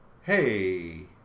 hey